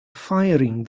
firing